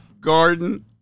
garden